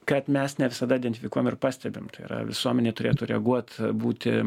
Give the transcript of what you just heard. kad mes ne visada identifikuojam ir pastebim tai yra visuomenė turėtų reaguot būti